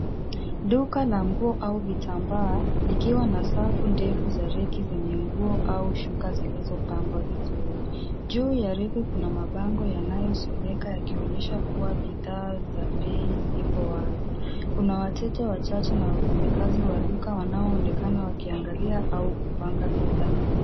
Duka la nguo au vitabaa ikiwa na safu defu za reki zenye nguo au shuka zilizopagwa vizuri ,juu ya reki kuna mabango yanayosemeka yakionyesha kuwa bidhaa za bei ziko wazi. Kuna wateja wachache na wafanyikazi wa duka wanaonekana wakiangalia au kupanga bidhaa.